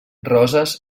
roses